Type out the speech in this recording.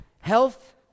Health